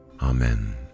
Amen